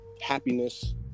happiness